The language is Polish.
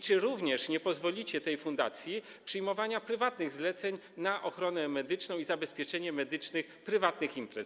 Czy również nie pozwolicie tej fundacji przyjmować prywatnych zleceń na ochronę medyczną i zabezpieczenie medyczne prywatnych imprez?